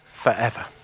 forever